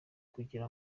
kugira